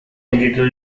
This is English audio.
digital